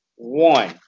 One